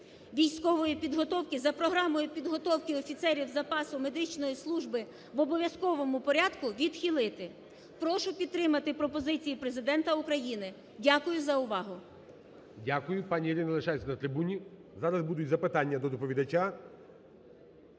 військової підготовки за програмою підготовки офіцерів запасу медичної служби в обов'язковому порядку відхилити. Прошу підтримати пропозиції Президента України. Дякую за увагу.